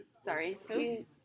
Sorry